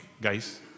guys